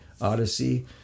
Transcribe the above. odyssey